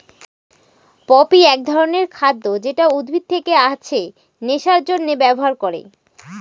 poppy এক ধরনের খাদ্য যেটা উদ্ভিদ থেকে আছে নেশার জন্যে ব্যবহার করে